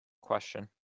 Question